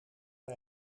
bij